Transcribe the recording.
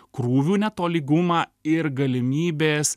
krūvių netolygumą ir galimybės